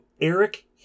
Eric